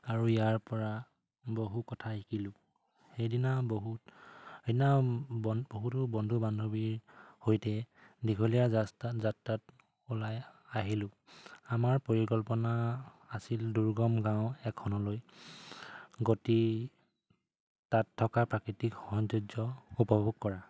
আৰু ইয়াৰ পৰা বহু কথা শিকিলোঁ সেইদিনা বহুত সেইদিনা বহুতো বন্ধু বান্ধৱীৰ সৈতে দীঘলীয়া যাত্ৰাত ওলাই আহিলোঁ আমাৰ পৰিকল্পনা আছিল দুৰ্গম গাঁও এখনলৈ গতি তাত থকা প্ৰাকৃতিক সৌন্দৰ্য উপভোগ কৰা